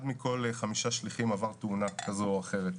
5 שליחים עבר תאונה כזו או אחרת,